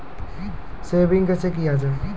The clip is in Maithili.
सेविंग कैसै किया जाय?